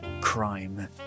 crime